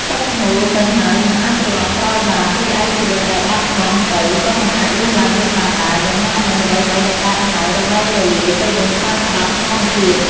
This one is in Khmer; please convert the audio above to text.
ទឹកហូរទៅហើយមិនអាចត្រឡប់ក្រោយបាន រីឯជីវិតដែលបាត់បង់ទៅ ក៏មិនអាចរស់ឡើងវិញបានដែរ យ៉ាងណាមិញ អ្វីៗដែលកើតហើយ រមែងរលាយទៅវិញតាមច្បាប់ធម្មជាតិ។